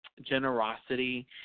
generosity